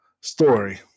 story